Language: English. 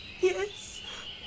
Yes